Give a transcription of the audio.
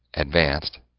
advanced,